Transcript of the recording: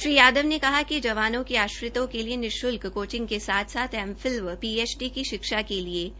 श्री यादव ने कहा कि जवानों के आश्रितों के लिए निःशुल्क कोंचिग के साथ साथ एमफिल व पीएचडी की शिक्षा के लिए